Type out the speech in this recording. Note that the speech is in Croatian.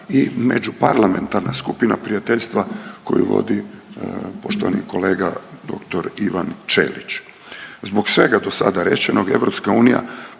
i međuparlamentarna skupina prijateljstva koju vodi poštovani kolega dr. Ivan Ćelić. Zbog svega do sada rečenog EU pokrenula